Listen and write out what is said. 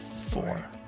four